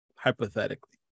Hypothetically